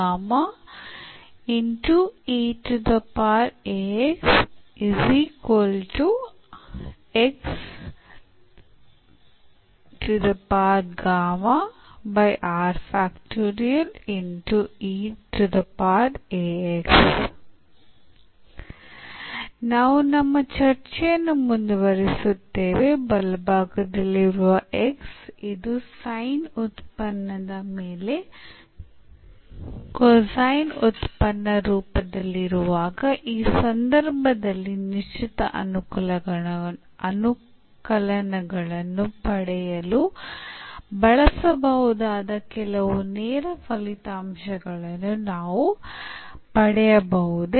ನಾವು ನಮ್ಮ ಚರ್ಚೆಯನ್ನು ಮುಂದುವರಿಸುತ್ತೇವೆ ಬಲಭಾಗದಲ್ಲಿರುವ x ಇದು ಸೈನ್ ಉತ್ಪನ್ನದ ಮೇಲೆ ಕೊಸೈನ್ ಉತ್ಪನ್ನ ರೂಪದಲ್ಲಿರುವಾಗ ಆ ಸಂದರ್ಭದಲ್ಲಿ ನಿಶ್ಚಿತ ಅನುಕಲನಗಳನ್ನು ಪಡೆಯಲು ಬಳಸಬಹುದಾದ ಕೆಲವು ನೇರ ಫಲಿತಾಂಶಗಳನ್ನು ನಾವು ಪಡೆಯಬಹುದೇ